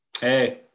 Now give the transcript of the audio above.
hey